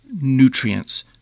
nutrients